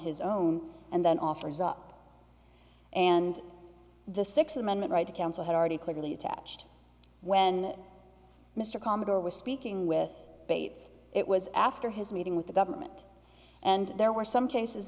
his own and then offers up and the sixth amendment right to counsel has already clearly attached when mr commodore was speaking with bates it was after his meeting with the government and there were some cases